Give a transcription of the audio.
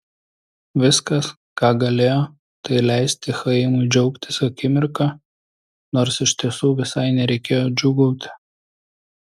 viskas ką galėjo tai leisti chaimui džiaugtis akimirka nors iš tiesų visai nereikėjo džiūgauti